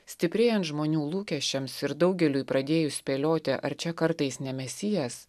stiprėjant žmonių lūkesčiams ir daugeliui pradėjus spėlioti ar čia kartais ne mesijas